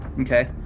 Okay